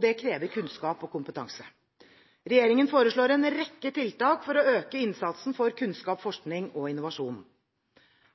Det krever kunnskap og kompetanse. Regjeringen foreslår en rekke tiltak for å øke innsatsen for kunnskap, forskning og innovasjon.